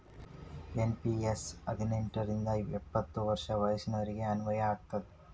NPS ಹದಿನೆಂಟ್ ರಿಂದ ಎಪ್ಪತ್ ವರ್ಷ ವಯಸ್ಸಿನೋರಿಗೆ ಅನ್ವಯ ಆಗತ್ತ